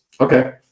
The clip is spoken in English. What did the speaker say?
Okay